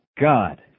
god